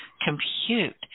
compute